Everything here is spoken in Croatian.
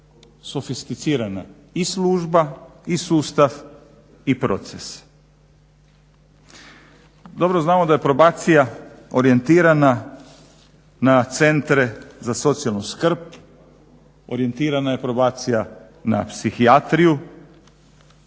sofisticirana i služba i sustav i proces. Dobro znamo da je probacija orijentirana na centre za socijalnu skrb, orijentirana je probacija na psihijatriju